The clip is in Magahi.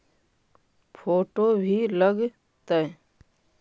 फोटो भी लग तै?